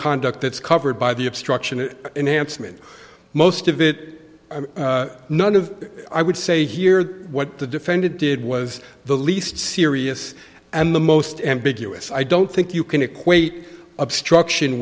conduct that's covered by the obstruction and enhancement most of it none of i would say here what the defendant did was the least serious and the most ambiguous i don't think you can equate obstruction